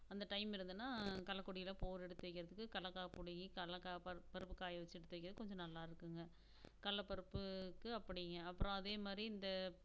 அந்த டைம் இருந்ததுனால் கடல கொடி எல்லாம் போர் எடுத்து தைக்கிறதுக்கு கடலக்கா பொடி கடலக்கா பருப் பருப்பு காய வச்சு எடுத்து வைக்கிறது கொஞ்சம் நல்லா இருக்குதுங்க கடலபருப்புக்கு அப்படிங்க அப்புறம் அதே மாதிரி இந்த